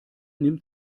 nimmt